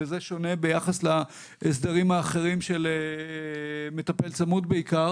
וזה שונה ביחס להסדרים האחרים של מטפל צמוד בעיקר